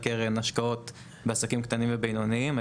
קרן השקעות בעסקים קטנים ובינוניים.